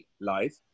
life